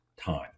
time